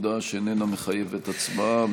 הודעה שאיננה מחייבת הצבעה.